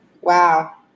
Wow